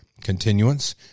continuance